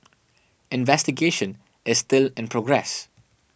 investigation is still in progress